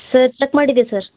sir check ಮಾಡಿದ್ದೆ sir